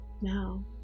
now